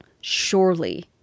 Surely